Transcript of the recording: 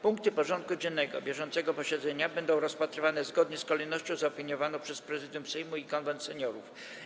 Punkty porządku dziennego bieżącego posiedzenia będą rozpatrywane zgodnie z kolejnością zaopiniowaną przez Prezydium Sejmu i Konwent Seniorów.